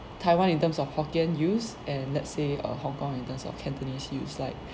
taiwan in terms of hokkien used and let's say uh hong-kong in terms of cantonese used like